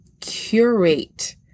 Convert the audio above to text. curate